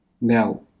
Now